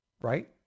right